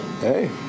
Hey